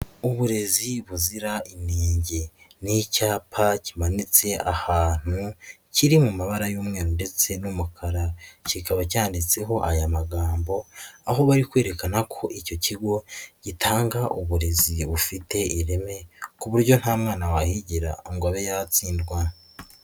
Uburezi buzira inenge, ni icyapa kimanitse ahantu kiri mu mabara y'umweru ndetse n'umukara, kikaba cyanditseho aya magambo aho bari kwerekana ko icyo kigo gitanga uburezi bufite ireme ku buryo nta mwana wahigira ngo abe yatsindwa.